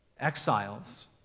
Exiles